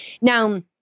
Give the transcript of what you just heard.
Now